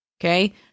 Okay